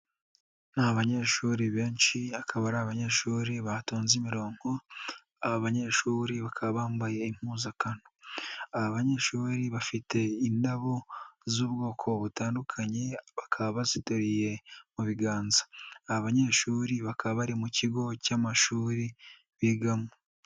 Ni abanyeshuri benshi akaba ari abanyeshuri batonze imirongo, aba banyeshuri bakaba bambaye impuzakano. Aba banyeshuri bafite indabo z'ubwoko butandukanye bakaba baziteruye mu biganza. Aba banyeshuri bakaba bari mu kigo cy'amashuri bigamo.